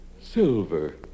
Silver